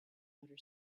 outer